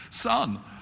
son